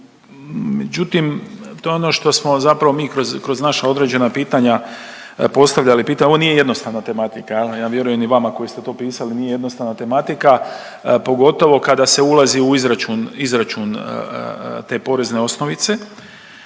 međutim to je ono što smo zapravo mi kroz, kroz naša određena pitanja postavljali, pita…, ovo nije jednostavna tematika jel, ja vjerujem i vama koji ste to pisali nije jednostavna tematika, pogotovo kada se ulazi u izračun, izračun te porezne osnovice.